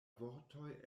vortoj